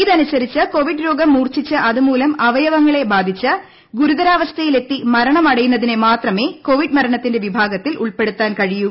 ഇതനുസരിച്ച് കോവിഡ് രോഗം മൂർച്ഛിച്ച് അതുമൂലം അവയവങ്ങളെ ബാധിച്ച് അർത്തരാവസ്ഥയിലെത്തി മരണമടയുന്നതിനെ മാത്രമേക്ക് കോവിഡ് മരണത്തിന്റെ വിഭാഗത്തിൽ ഉൾപ്പെടുത്താൻ കഴിയൂ